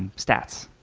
and stats.